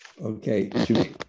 okay